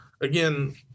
again